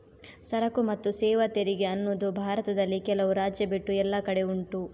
ಸರಕು ಮತ್ತು ಸೇವಾ ತೆರಿಗೆ ಅನ್ನುದು ಭಾರತದಲ್ಲಿ ಕೆಲವು ರಾಜ್ಯ ಬಿಟ್ಟು ಎಲ್ಲ ಕಡೆ ಉಂಟು